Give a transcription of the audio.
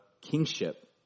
kingship